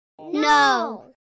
No